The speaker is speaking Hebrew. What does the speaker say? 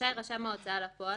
רשאי רשם ההוצאה לפועל,